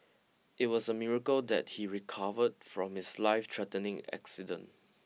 it was a miracle that he recovered from his life threatening accident